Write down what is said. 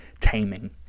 taming